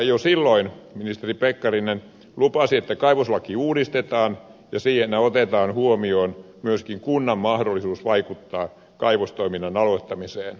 jo silloin ministeri pekkarinen lupasi että kaivoslaki uudistetaan ja siinä otetaan huomioon myöskin kunnan mahdollisuus vaikuttaa kaivostoiminnan aloittamiseen